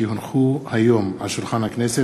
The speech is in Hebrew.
כי הונחו היום על שולחן הכנסת,